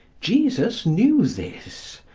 jesus knew this.